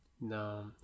No